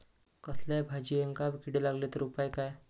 कसल्याय भाजायेंका किडे लागले तर उपाय काय?